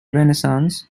renaissance